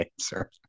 answer